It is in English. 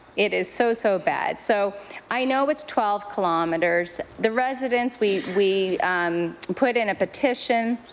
it is so, so bad so i know it's twelve kilometers, the residents we we um put in a petition,